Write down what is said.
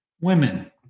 women